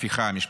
ההפיכה המשפטית.